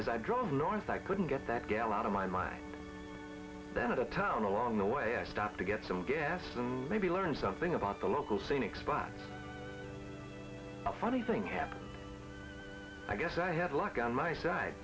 as i drove north i couldn't get that gal out of my mind then out of town along the way i stopped to get some gas and maybe learn something about the local scenic spot a funny thing happened i guess i had luck on my side